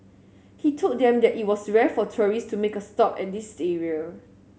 he told them that it was rare for tourist to make a stop at this area